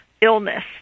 illness